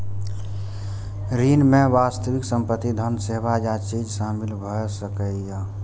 ऋण मे वास्तविक संपत्ति, धन, सेवा या चीज शामिल भए सकैए